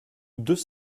deux